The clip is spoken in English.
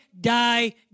die